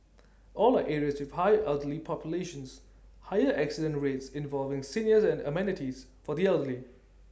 all are areas with high elderly populations higher accident rates involving seniors and amenities for the elderly